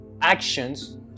actions